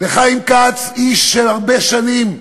לחיים כץ, איש של הרבה שנים,